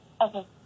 Okay